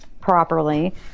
properly